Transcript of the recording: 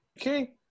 Okay